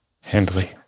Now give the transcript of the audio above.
handily